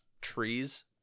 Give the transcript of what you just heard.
trees